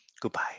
Goodbye